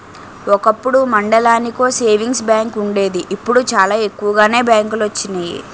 ఒకప్పుడు మండలానికో savings bank వుండేది ఇప్పుడు చాలా ఎక్కువగానే బ్యాంకులొచ్చినియి